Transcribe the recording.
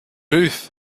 roof